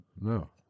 No